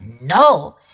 no